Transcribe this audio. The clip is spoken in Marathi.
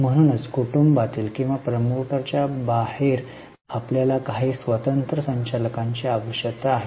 म्हणूनच कुटुंबातील किंवा प्रमोटरच्या बाहेर आपल्याला काही स्वतंत्र संचालकांची आवश्यकता आहे